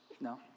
No